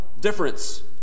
difference